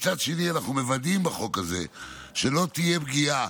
מצד שני אנחנו מוודאים בחוק הזה שלא תהיה פגיעה,